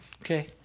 Okay